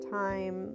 time